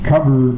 Cover